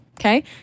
okay